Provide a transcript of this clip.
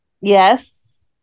Yes